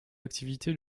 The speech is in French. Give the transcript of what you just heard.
activité